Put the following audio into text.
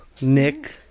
Nick